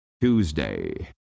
Tuesday